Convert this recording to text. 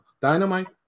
dynamite